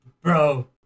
bro